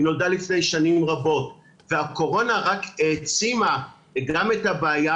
היא נולדה לפני שנים רבות והקורונה רק העצימה גם את הבעיה